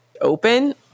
open